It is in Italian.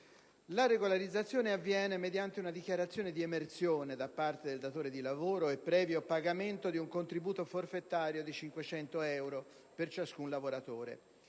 La regolarizzazione avviene mediante una dichiarazione di emersione da parte del datore di lavoro e previo pagamento di un contributo forfetario di 500 euro per ciascun lavoratore.